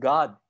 God